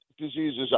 diseases